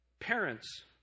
Parents